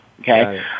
okay